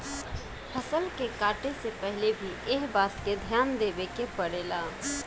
फसल के काटे से पहिले भी एह बात के ध्यान देवे के पड़ेला